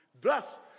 Thus